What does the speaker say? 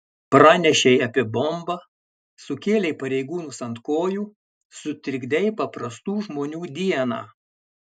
pranešei apie bombą sukėlei pareigūnus ant kojų sutrikdei paprastų žmonių dieną